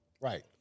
Right